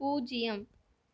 பூஜ்ஜியம்